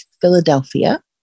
Philadelphia